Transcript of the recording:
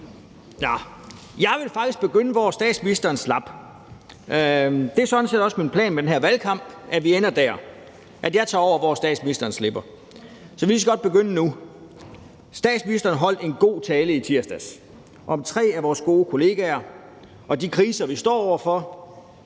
jeg vil faktisk begynde der, hvor statsministeren slap. Det er sådan set også min plan med den her valgkamp, at vi ender der, nemlig at jeg tager over, hvor statsministeren slipper. Så vi kan lige så godt begynde nu. Statsministeren holdt en god tale i tirsdags om tre af vores gode kollegaer og om de kriser, vi står over for,